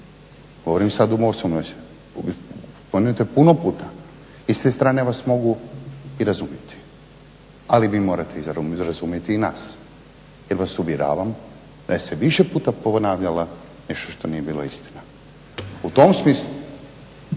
Govorim sad u osobno. Spomenuto je puno puta i s te strane vas mogu i razumjeti. Ali vi morate razumjeti i nas, jer vas uvjeravam da se više puta ponavljalo nešto što nije bilo istina. U tom smislu,